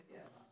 Yes